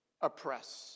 oppress